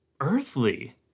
Earthly